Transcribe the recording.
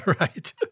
Right